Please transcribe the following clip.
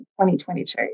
2022